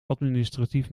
administratief